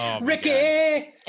Ricky